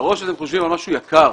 בראש אתם חושבים על משהו יקר.